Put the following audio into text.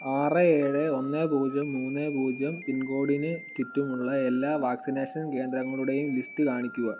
ആറ് ഏഴ് ഒന്ന് പൂജ്യം മൂന്ന് പൂജ്യം പിൻകോഡിന് ചുറ്റുമുള്ള എല്ലാ വാക്സിനേഷൻ കേന്ദ്രങ്ങളുടെയും ലിസ്റ്റ് കാണിക്കുക